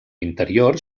interior